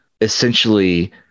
essentially